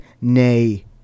Nay